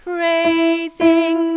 Praising